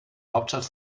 hauptstadt